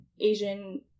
Asian